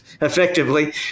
Effectively